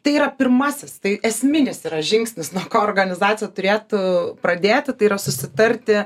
tai yra pirmasis tai esminis yra žingsnis nuo ko organizacija turėtų pradėti tai yra susitarti